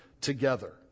together